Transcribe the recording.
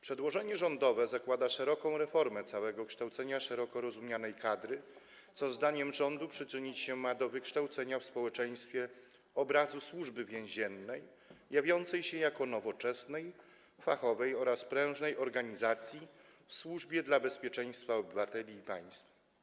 Przedłożenie rządowe zakłada szeroką reformę kształcenia szeroko rozumianej kadry, co zdaniem rządu przyczynić się ma do wykształcenia w społeczeństwie obrazu Służby Więziennej jawiącej się jako nowoczesna, fachowa oraz prężna organizacja w służbie poświęconej bezpieczeństwu obywateli i państwa.